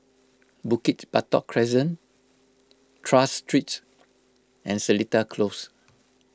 Bukit Batok Crescent Tras Street and Seletar Close